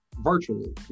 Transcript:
virtually